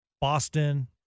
Boston